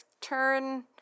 turn